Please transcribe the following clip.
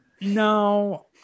No